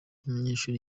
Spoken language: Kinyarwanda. umunyeshuri